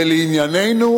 ולענייננו,